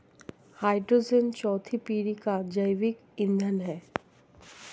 hydrogen चौथी पीढ़ी का जैविक ईंधन है